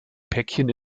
päckchen